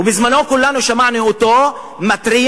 ובזמנו כולנו שמענו אותו מתריע,